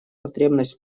потребность